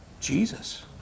Jesus